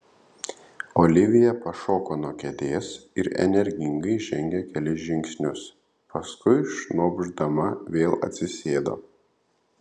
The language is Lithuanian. olivija pašoko nuo kėdės ir energingai žengė kelis žingsnius paskui šnopšdama vėl atsisėdo